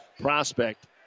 prospect